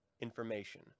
information